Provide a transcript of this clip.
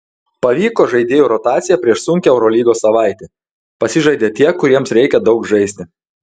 pavyko žaidėjų rotacija prieš sunkią eurolygos savaitę pasižaidė tie kuriems reikia daug žaisti